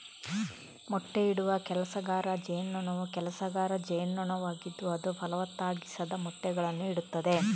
ಮೊಟ್ಟೆಯಿಡುವ ಕೆಲಸಗಾರ ಜೇನುನೊಣವು ಕೆಲಸಗಾರ ಜೇನುನೊಣವಾಗಿದ್ದು ಅದು ಫಲವತ್ತಾಗಿಸದ ಮೊಟ್ಟೆಗಳನ್ನು ಇಡುತ್ತದೆ